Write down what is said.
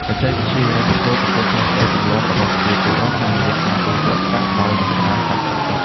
បច្ចេកវិទ្យាហិរញ្ញវត្ថុកំពុងផ្លាស់ប្តូរទម្លាប់របស់ប្រជាពលរដ្ឋ តាមរយៈការទូទាត់ប្រាក់ដោយមិនប្រើសាច់ប្រាក់សុទ្ធ។